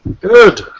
Good